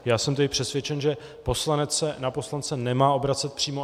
Já jsem přesvědčen, že poslanec se na poslance nemá obracet přímo.